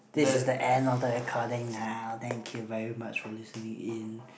this is the end of the recording now thank you very much for listening in